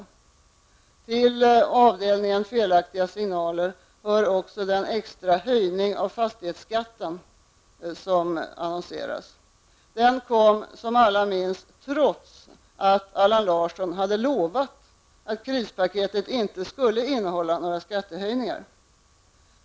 Till avdelningen felaktiga signaler hör också den extra höjning av fastighetsskatten som annonseras. Den kom som alla minns trots att Allan Larsson hade lovat att krispaketet inte skulle innehålla några skattehöjningar.